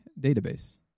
database